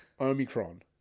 Omicron